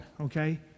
okay